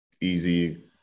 easy